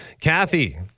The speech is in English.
Kathy